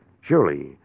Surely